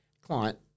client